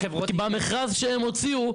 אבל למה החברות --- כי במכרז שהם הוציאו,